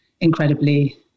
incredibly